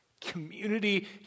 Community